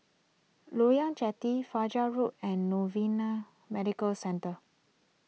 Loyang Jetty Fajar Road and Novena Medical Centre